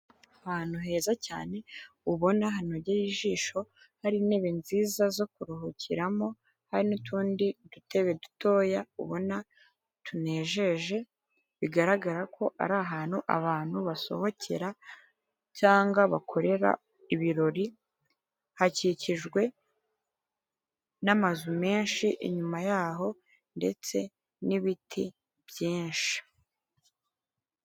Ahantu heza cyane ubona hanogeye ijisho hari intebe nziza zo kuruhukiramo hari n'utundi dutebe dutoya ubona tunejeje bigaragara ko ari ahantu abantu basohokera cyangwa bakorera ibirori hakikijwe n'amazu menshi inyuma yaho ndetse n'ibiti byinshi.